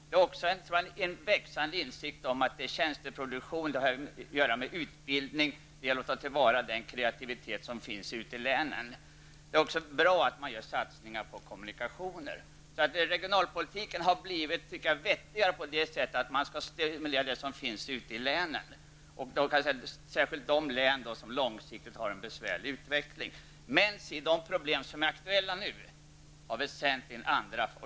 Det är nu också en växande insikt om att tjänsteproduktionen måste öka -- det har att göra med utbildning. Man skall ta till vara den kreativitet som finns ute i länen. Det är också bra med satsningar på kommunikationer. Regionalpolitiken har, tycker jag, blivit vettigare på det sättet att den skall stimulera det som finns ute i länen, särskilt i de län som långsiktigt har en besvärlig utveckling. Men de problem som är aktuella nu är framför allt andra.